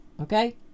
Okay